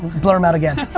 blur em out again,